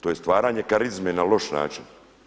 To je stvaranje karizme na loš način.